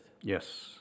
Yes